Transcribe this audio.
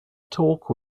talk